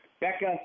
Becca